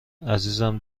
عزیزم